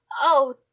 Oh